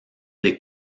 des